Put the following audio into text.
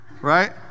right